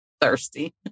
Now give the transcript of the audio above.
thirsty